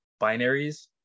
binaries